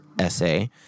essay